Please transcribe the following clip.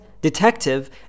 detective